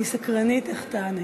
אני סקרנית, איך תענה.